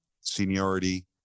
Seniority